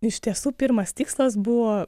iš tiesų pirmas tikslas buvo